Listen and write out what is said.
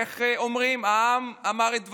איך אומרים, העם אמר את דברו?